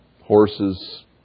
Horses